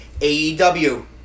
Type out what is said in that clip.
AEW